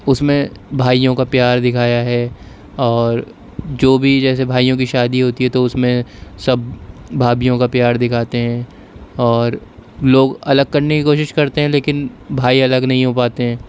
اس میں بھائیوں کا پیار دکھایا ہے اور جو بھی جیسے بھائیوں کی شادی ہوتی ہے تو اس میں سب بھابھیوں کا پیار دکھاتے ہیں اور لوگ الگ کرنے کی کوشش کرتے ہیں لیکن بھائی الگ نہیں ہو پاتے ہیں